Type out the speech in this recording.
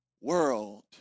world